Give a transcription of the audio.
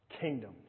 kingdom